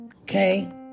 Okay